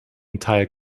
entire